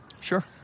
Sure